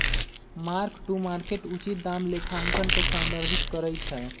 mark to market उचित दाम लेखांकन के संदर्भित करइ छै